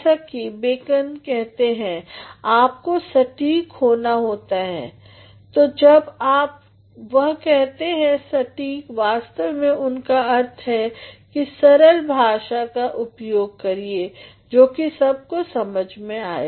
जैसा कि बेकन कहते हैं आपको सटीक होना होता है तो जब वह कहते हैं सटीक वास्तव में उनका अर्थ है कि सरल भाषा का उपयोग करिए जो सब कोई समझ पाए